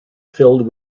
filled